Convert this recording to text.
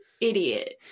idiot